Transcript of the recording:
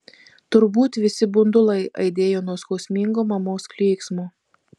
turbūt visi bundulai aidėjo nuo skausmingo mamos klyksmo